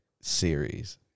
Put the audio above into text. series